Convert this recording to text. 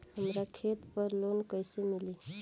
हमरा खेत पर लोन कैसे मिली?